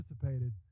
participated